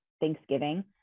Thanksgiving